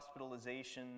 hospitalizations